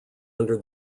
under